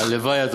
הלוואי,